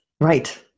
right